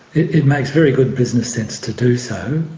it it makes very good business sense to do so.